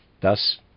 Thus